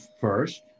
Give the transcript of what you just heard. first